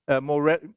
More